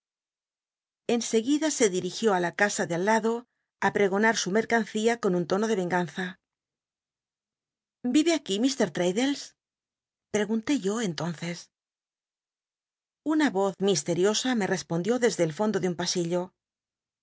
n seguida se dirisió i la casa de al lado rl ptegonat su mci cancia con un tono de venganza vive aquí mr traddles preguntó yo entonces una voz misteriosa me respondió desde el fondo de un pasillo